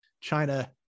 China